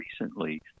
recently